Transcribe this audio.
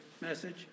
message